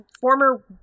former